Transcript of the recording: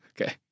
Okay